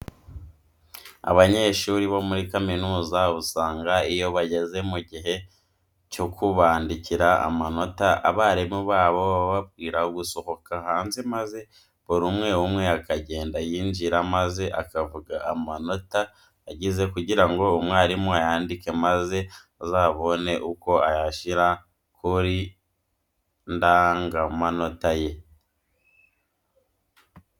Abanyeshuri bo muri kaminuza usanga iyo bageze mu gihe cyo kubandikira amanota abarimu babo bababwira gusohoka hanze maze buri umwe umwe akagenda yinjira maze akavuga amanota yagize kugira ngo umwarimu ayandike maze azabone uko ayashyira ku ndangamanota ye.